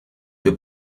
wir